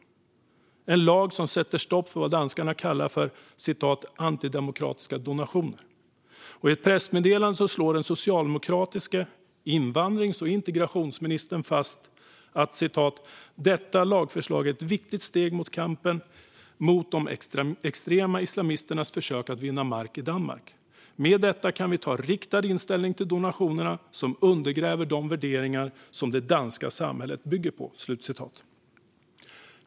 Det är en lag som sätter stopp för vad man kallar "antidemokratiska donationer". I ett pressmeddelande slår den socialdemokratiske invandrings och integrationsministern fast: "Detta lagförslag är ett viktigt steg mot kampen mot de extrema islamisternas försök att vinna mark i Danmark. Med detta kan vi ta en riktad inställning till donationerna som undergräver de värderingar som det danska samhället bygger på."